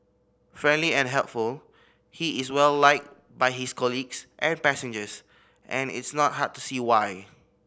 friendly and helpful he is well liked by his colleagues and passengers and it's not hard to see why